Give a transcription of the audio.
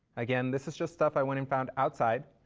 again, this is just stuff i went and found outside.